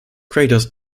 craters